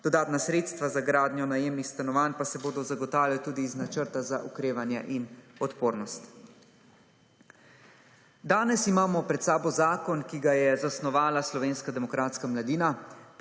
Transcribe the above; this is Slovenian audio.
Dodatna sredstva za gradnjo najemnih stanovanj pa se bodo zagotavljale tudi iz načrta za okrevanje in odpornost. Danes imamo pred sabo zakon, ki ga je zasnovala slovenska demokratska mladina,